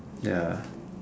ya